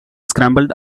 scrambled